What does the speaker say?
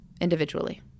individually